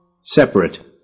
Separate